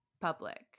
public